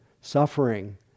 suffering